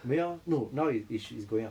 没有啊 no now is it shou~ it's going up